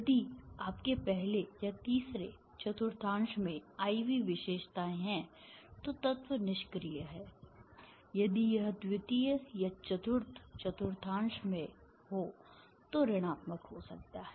यदि आपके पहले या तीसरे चतुर्थांश में IV विशेषताएँ हैं तो तत्व निष्क्रिय है यदि यह द्वितीय या चतुर्थ चतुर्थांश में हो तो ऋणात्मक हो सकता है